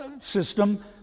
system